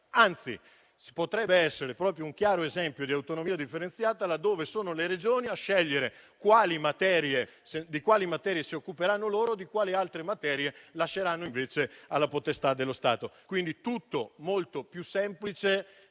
anzi, potrebbe essere un chiaro esempio di autonomia differenziata laddove sono le Regioni a scegliere di quali materie si occuperanno loro e quali altre materie lasceranno alla potestà dello Stato. Non vi è quindi